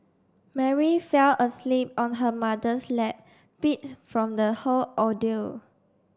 Mary fell asleep on her mother's lap beat from the whole ordeal